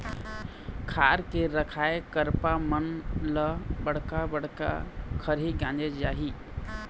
खार के रखाए करपा मन ल बड़का बड़का खरही गांजे जाही